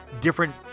different